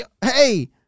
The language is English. hey